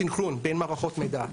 הסנכרון בין מערכות המידע.